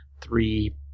three